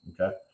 okay